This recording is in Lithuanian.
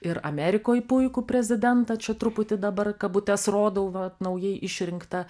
ir amerikoj puikų prezidentą čia truputį dabar kabutes rodau va naujai išrinktą